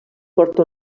porta